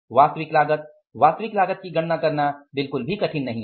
वास्तविक लागत वास्तविक लागत की गणना करना बिल्कुल भी कठिन नहीं है